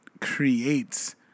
creates